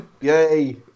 Yay